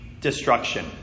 destruction